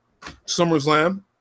SummerSlam